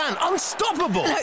Unstoppable